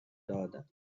دادند